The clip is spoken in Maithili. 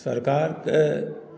सरकारके